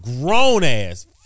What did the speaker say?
grown-ass